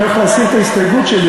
אני הולך להסיר את ההסתייגות שלי,